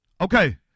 Okay